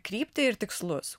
kryptį ir tikslus